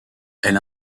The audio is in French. elle